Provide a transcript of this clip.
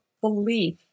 belief